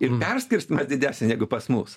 ir perskirstymą didesnį negu pas mus